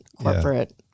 corporate